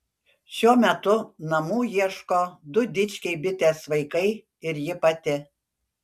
šiuo metu namų ieško du dičkiai bitės vaikai ir ji pati